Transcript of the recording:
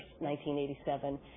1987